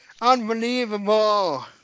Unbelievable